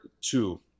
two